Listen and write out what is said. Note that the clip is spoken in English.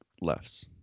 less